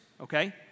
okay